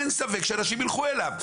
אין ספק שאנשים ילכו אליו.